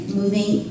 moving